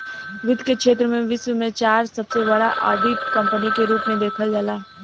वित्त के क्षेत्र में विश्व में चार सबसे बड़ा ऑडिट कंपनी के रूप में देखल जाला